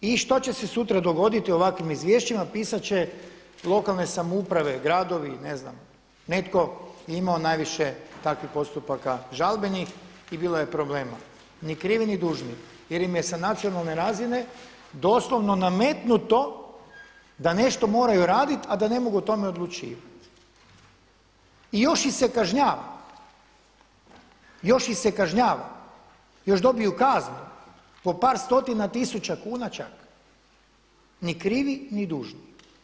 I što će se sutra dogoditi u ovakvim izvješćima, pisat će lokalne samouprave, gradovi, ne znam netko je imao najviše takvih postupaka žalbenih i bio je problema ni krivi ni dužni jer im je sa nacionalne razine doslovno nametnuto da nešto moraju raditi a da ne mogu o tome odlučivat i još ih se kažnjava, još ih se kažnjava, još dobiju kaznu po par stotina tisuća kuna čak ni krivi ni dužni.